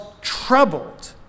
troubled